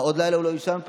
מה, עוד לילה הוא יישן פה?